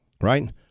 right